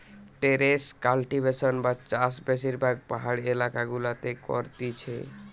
terrace cultivation বা চাষ বেশিরভাগ পাহাড়ি এলাকা গুলাতে করতিছে